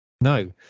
no